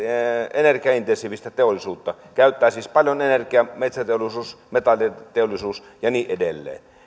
energiaintensiivistä teollisuutta käyttää siis paljon energiaa metsäteollisuus metalliteollisuus ja niin edelleen